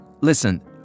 Listen